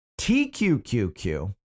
TQQQ